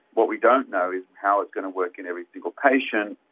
what we don't know is how it's going to work in every single patient,